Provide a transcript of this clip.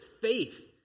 faith